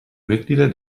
mitglieder